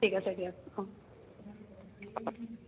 ঠিক আছে দিয়ক অঁ